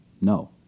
No